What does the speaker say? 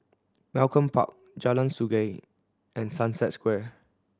Malcolm Park Jalan Sungei and Sunset Square